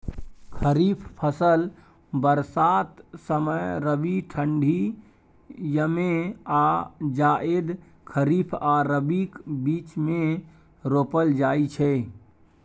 खरीफ फसल बरसात समय, रबी ठंढी यमे आ जाएद खरीफ आ रबीक बीचमे रोपल जाइ छै